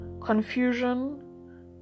confusion